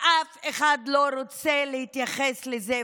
ואף אחד לא רוצה להתייחס לזה,